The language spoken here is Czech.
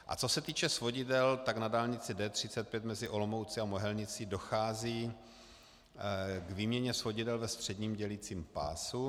A co se týče svodidel, tak na dálnici D35 mezi Olomoucí a Mohelnicí dochází k výměně svodidel ve středním dělicím pásu.